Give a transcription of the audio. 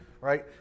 right